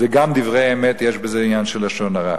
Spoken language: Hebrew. גם בדברי אמת יש עניין של לשון הרע.